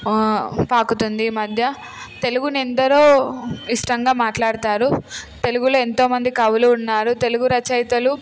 పాకుతుంది ఈ మధ్య తెలుగు ఎందరో ఇష్టంగా మాట్లాడతారు తెలుగులో ఎంతోమంది కవులు ఉన్నారు తెలుగు రచయితలు